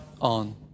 on